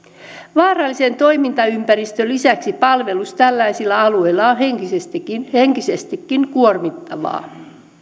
vaarallisen toimintaympäristön lisäksi palvelus tällaisilla alueilla on henkisestikin henkisestikin kuormittavaa